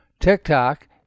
TikTok